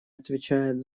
отвечает